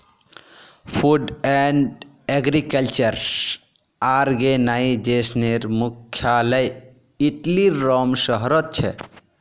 food and agriculture आर्गेनाईजेशनेर मुख्यालय इटलीर रोम शहरोत छे